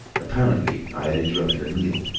apparently i had interrupted a meal.